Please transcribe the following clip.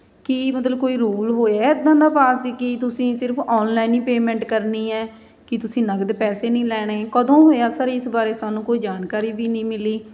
ਕੀ ਮਤਲਬ ਕੋਈ ਰੂਲ ਹੋਇਆ ਇੱਦਾਂ ਦਾ ਪਾਸ ਕਿ ਤੁਸੀਂ ਸਿਰਫ ਔਨਲਾਈਨ ਹੀ ਪੇਮੈਂਟ ਕਰਨੀ ਹੈ ਕਿ ਤੁਸੀਂ ਨਗਦ ਪੈਸੇ ਨਹੀਂ ਲੈਣੇ ਕਦੋਂ ਹੋਇਆ ਸਰ ਇਸ ਬਾਰੇ ਸਾਨੂੰ ਕੋਈ ਜਾਣਕਾਰੀ ਵੀ ਨਹੀਂ ਮਿਲੀ